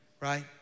right